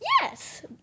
Yes